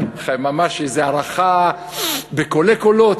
ממש איזו הרחה בקולי קולות.